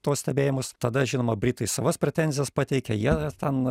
tuos stebėjimus tada žinoma britai savas pretenzijas pateikia jie ten